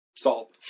Salt